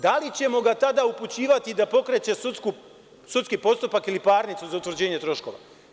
Da li ćemo ga tada upućivati da pokreće sudski postupak ili parnicu za utvrđenje troškova?